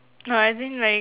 no I think like